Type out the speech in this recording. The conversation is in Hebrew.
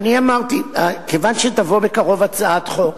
אמרתי, כיוון שתבוא בקרוב הצעת חוק,